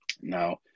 Now